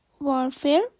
Warfare